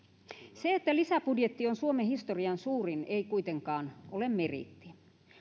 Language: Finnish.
se että lisäbudjetti on suomen historian suurin ei kuitenkaan ole meriitti